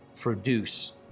produce